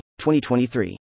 2023